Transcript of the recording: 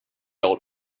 old